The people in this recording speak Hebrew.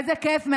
איזה כיף.